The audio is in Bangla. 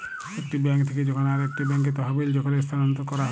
একটি বেঙ্ক থেক্যে যখন আরেকটি ব্যাঙ্কে তহবিল যখল স্থানান্তর ক্যরা হ্যয়